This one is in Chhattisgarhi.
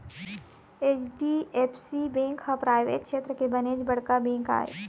एच.डी.एफ.सी बेंक ह पराइवेट छेत्र के बनेच बड़का बेंक आय